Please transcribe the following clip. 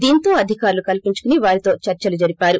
దీంతో అధికారులు కల్సించుకొని వారితో చర్సలు జరిపారు